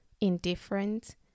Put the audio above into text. indifferent